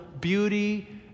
beauty